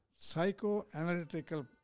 psychoanalytical